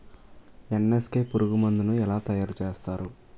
NSK పురుగు మందు ను ఎలా తయారు చేస్తారు?